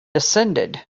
descended